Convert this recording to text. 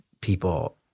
people